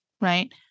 Right